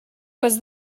was